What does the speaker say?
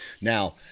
Now